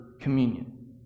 communion